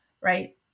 right